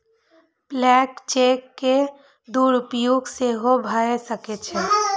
blank cheque के दुरुपयोग सेहो भए सकै छै